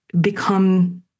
become